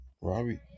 Robbie